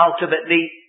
ultimately